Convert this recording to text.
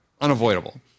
unavoidable